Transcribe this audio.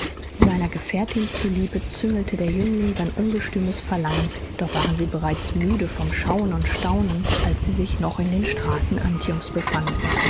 seiner gefährtin zu liebe zügelte der jüngling sein ungestümes verlangen doch waren sie bereits müde vom schauen und staunen als sie sich noch in den straßen antiums befanden